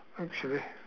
actually